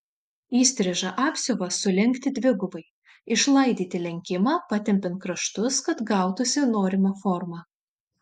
įstrižą apsiuvą sulenkti dvigubai išlaidyti lenkimą patempiant kraštus kad gautųsi norima forma